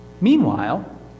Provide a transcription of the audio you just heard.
Meanwhile